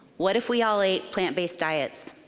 what if we all ate plant-based diets?